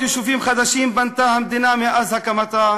700 יישובים חדשים בנתה המדינה מאז הקמתה,